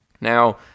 Now